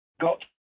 got